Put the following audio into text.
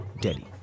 Delhi